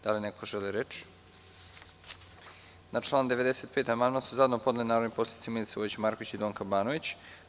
Da li neko želi reč? (Ne.) Na član 95. amandman su zajedno podnele narodni poslanici Milica Vojić Marković i Donka Banović.